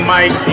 Mike